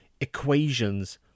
equations